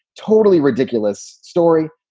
totally ridiculous story.